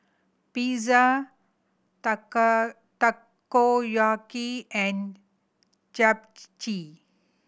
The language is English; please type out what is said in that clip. Pizza Takoyaki and